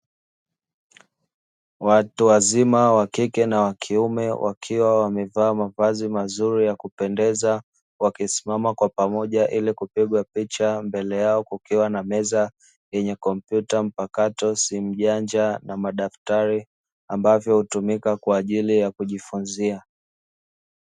Watu wazima wakike na wakiume wakiwa wamevaa mavazi mazuri ya kupendeza, wakisimama kwa pamoja ili kupiga picha mbele yao kukiwa na meza yenye kompyuta mpakato, simu janja na madaftari ambavyo hutumika kwa ajili ya kujifunzia.